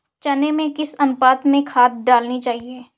चने में किस अनुपात में खाद डालनी चाहिए?